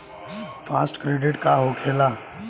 Fast credit का होखेला?